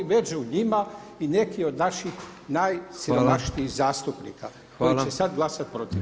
Među njima i neki od naših najsiromašnijih zastupnika koji će sada glasati protiv.